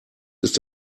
ist